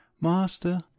Master